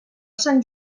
sant